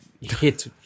hit